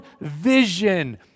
vision